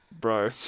Bro